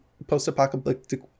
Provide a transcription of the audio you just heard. post-apocalyptic